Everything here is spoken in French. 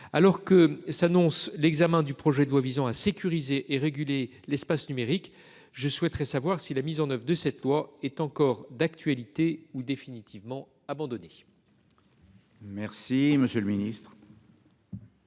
Alors que s'annonce l'examen du projet de loi visant à sécuriser et réguler l'espace numérique. Je souhaiterais savoir si la mise en oeuvre de cette loi est encore d'actualité ou définitivement abandonné. Merci monsieur le ministre.